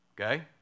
Okay